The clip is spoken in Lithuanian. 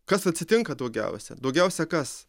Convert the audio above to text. kas atsitinka daugiausia daugiausia kas